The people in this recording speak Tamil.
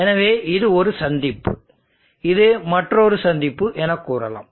எனவே இது ஒரு சந்திப்பு இது மற்றொரு சந்திப்பு என கூறலாம்